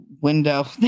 window